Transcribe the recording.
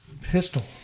pistol